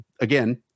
Again